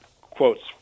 quotes